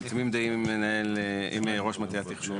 אני תמים דעים עם ראש מטה התכנון,